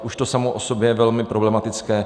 Už to samo o sobě je velmi problematické.